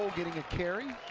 getting a carry,